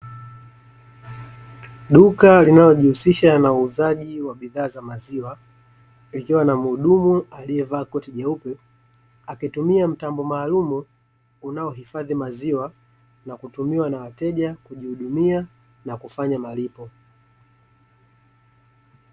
Duka linalojihusisha na uuzaji wa bidhaa za maziwa, likiwa na mhudumu aliyevaa koti jeupe, akitumia mtambo maalumu, unaohifadhi maziwa na kutumiwa na wateja kujihudumia na kufanya malipo.